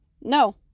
no